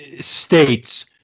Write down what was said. States